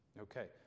Okay